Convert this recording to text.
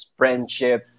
friendship